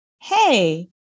hey